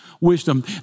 wisdom